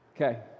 Okay